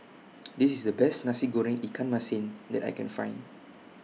This IS The Best Nasi Goreng Ikan Masin that I Can Find